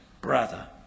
brother